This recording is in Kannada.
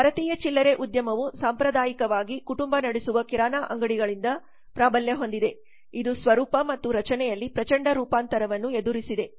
ಭಾರತೀಯ ಚಿಲ್ಲರೆ ಉದ್ಯಮವು ಸಾಂಪ್ರದಾಯಿಕವಾಗಿ ಕುಟುಂಬ ನಡೆಸುವ ಕಿರಾನಾ ಅಂಗಡಿಗಳಿಂದ ಪ್ರಾಬಲ್ಯ ಹೊಂದಿದೆ ಇದು ಸ್ವರೂಪ ಮತ್ತು ರಚನೆಯಲ್ಲಿ ಪ್ರಚಂಡ ರೂಪಾಂತರವನ್ನು ಎದುರಿಸಿದೆ